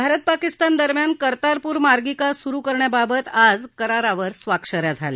भारत पाकिस्तान दरम्यान कर्तारपूर मार्गिका सुरू करण्याबाबत आज करारावर स्वाक्ष या झाल्या